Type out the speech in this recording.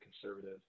conservative